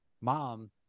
mom